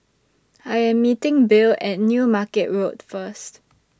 I Am meeting Bill At New Market Road First